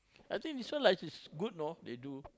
I think this one like it's good you know they do